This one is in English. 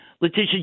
Letitia